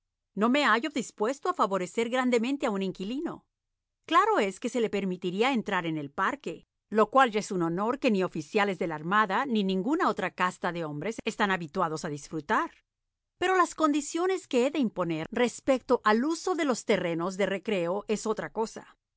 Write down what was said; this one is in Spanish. no me hallo dispuesto a favorecer grandemente a un inquilino claro es que se le permitiría entrar en el parque jo cual ya es un honor que ni oficiales de la armada ni ninguna otra casta de hombres están habituados a disfrutar pero las condiciones que he de imponer respecto al uso de los terrenos de recreo es otra cosa